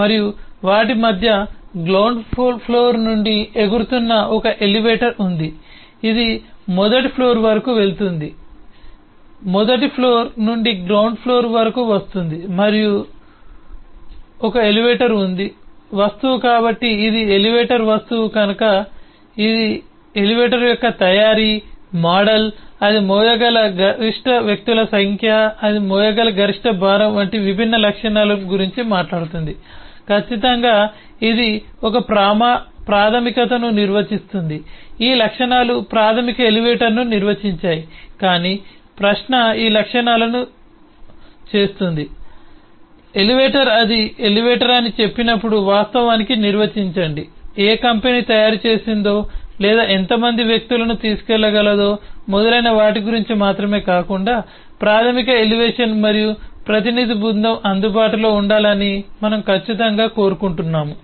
మరియు వాటి మధ్య గ్రౌండ్ ఫ్లోర్ నుండి ఎగురుతున్న ఒక ఎలివేటర్ ఉంది ఇది మొదటి ఫ్లోర్ వరకు వెళుతుంది మొదటి ఫ్లోర్ నుండి గ్రౌండ్ ఫ్లోర్ వరకు వస్తుంది మరియు ఉంది ఒక ఎలివేటర్ వస్తువు కాబట్టి ఇది ఎలివేటర్ వస్తువు కనుక ఇది ఎలివేటర్ యొక్క తయారీ మోడల్ అది మోయగల గరిష్ట వ్యక్తుల సంఖ్య అది మోయగల గరిష్ట భారం వంటి విభిన్న లక్షణాల గురించి మాట్లాడుతుంది ఖచ్చితంగా ఇది ఒక ప్రాధమికతను నిర్వచిస్తుంది ఈ లక్షణాలు ప్రాథమిక ఎలివేటర్ను నిర్వచించాయి కాని ప్రశ్న ఈ లక్షణాలను చేస్తుంది ఎలివేటర్ అది ఎలివేటర్ అని చెప్పినప్పుడు వాస్తవానికి నిర్వచించండి ఏ కంపెనీ తయారు చేసిందో లేదా ఎంత మంది వ్యక్తులను తీసుకెళ్లగలదో మొదలైన వాటి గురించి మాత్రమే కాకుండా ప్రాథమిక ఎలివేషన్ మరియు ప్రతినిధి బృందం అందుబాటులో ఉండాలని మనము ఖచ్చితంగా కోరుకుంటున్నాము